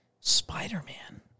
Spider-Man